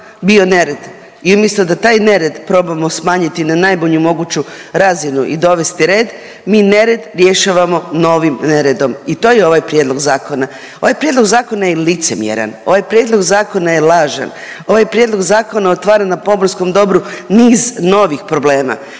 bio nered i umjesto da taj nered probamo smanjiti na najbolju moguću razinu i dovesti red, mi nered rješavamo novim neredom i to je ovaj Prijedlog zakona. Ovaj Prijedlog zakona je licemjeran, ovaj Prijedlog zakona je lažan, ovaj Prijedlog zakona otvara na pomorskom dobru niz novih problema.